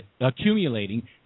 accumulating